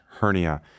hernia